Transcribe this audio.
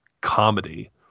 comedy